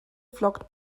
flockt